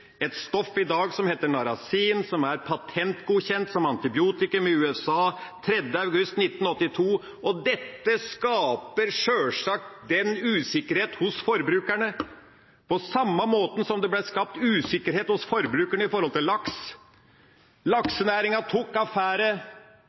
et stoff i dag som heter narasin, som ble patentgodkjent som antibiotikum i USA 3. august 1982. Dette skaper sjølsagt en usikkerhet hos forbrukerne på samme måte som det ble skapt usikkerhet hos forbrukerne når det gjaldt laks.